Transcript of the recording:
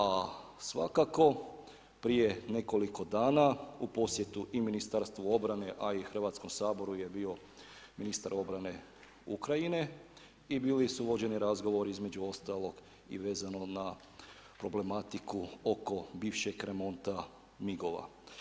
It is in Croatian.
A svakako prije nekoliko dana u posjetu i Ministarstva obrane, a i Hrvatskom saboru je bio ministar obrane Ukrajine i bili su vođeni razgovor između ostalog i vezano na problematiku oko bivšeg remonta MIG-ova.